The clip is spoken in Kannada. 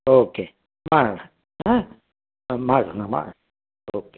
ಓಕೆ ಮಾಡೋಣ ಹಾಂ ಮಾಡೋಣ ಮಾ ಓಕೆ